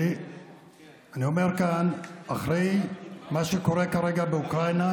אני אומר כאן אחרי מה שקורה כרגע באוקראינה,